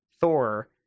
Thor